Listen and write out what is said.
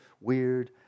weird